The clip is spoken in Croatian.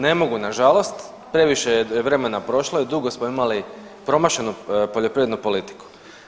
Ne mogu nažalost, previše je vremena prošlo i dugo smo imali promašenu poljoprivrednu politiku.